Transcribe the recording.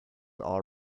all